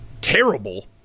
Terrible